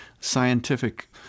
scientific